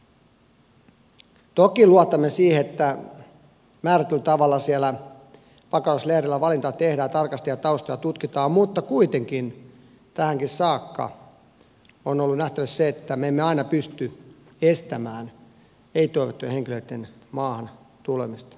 toki luotamme siihen että määrätyllä tavalla siellä pakolaisleireillä valintaa tehdään tarkasti ja taustoja tutkitaan mutta kuitenkin tähänkin saakka on ollut nähtävissä se että me emme aina pysty estämään ei toivottujen henkilöitten maahan tulemista